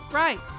right